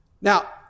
Now